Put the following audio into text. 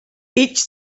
each